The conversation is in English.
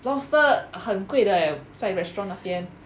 lobster 很贵的 eh 在 restaurant 那边